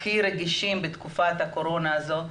הכי רגישים בתקופת הקורונה הזאת,